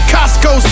Costco